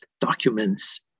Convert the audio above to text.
documents